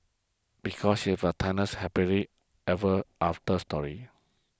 because he have a timeless happily ever after story